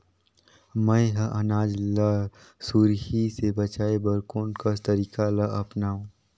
मैं ह अनाज ला सुरही से बचाये बर कोन कस तरीका ला अपनाव?